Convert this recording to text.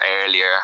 earlier